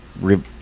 re